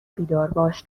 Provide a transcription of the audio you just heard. بیدارباش